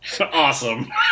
awesome